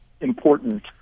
important